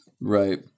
Right